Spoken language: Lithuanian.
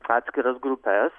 atskiras grupes